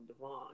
Devon